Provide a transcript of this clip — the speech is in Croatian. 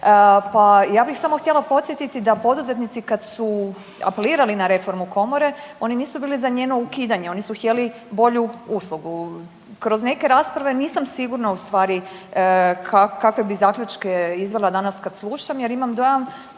pa, ja bih samo htjela podsjetiti da poduzetnici kad su apelirali na reformu Komore, oni nisu bili za njeno ukidanje, oni su htjeli bolju uslugu. bolju uslugu. Kroz neke rasprave nisam sigurna u stvari kakve bi zaključke izvela danas kad slušam, jer imam dojam